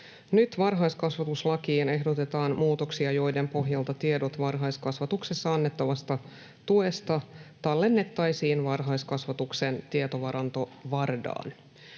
Nyt varhaiskasvatuslakiin ehdotetaan muutoksia, joiden pohjalta tiedot varhaiskasvatuksessa annettavasta tuesta tallennettaisiin varhaiskasvatuksen tietovaranto VARDAan.